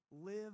live